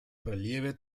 relieve